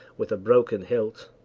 with a broken hilt,